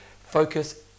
focus